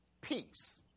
peace